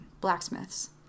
blacksmiths